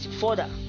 further